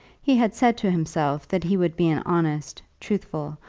he had said to himself that he would be an honest, truthful,